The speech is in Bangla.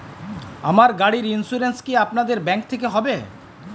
আমার গাড়ির ইন্সুরেন্স কি আপনাদের ব্যাংক এ হবে?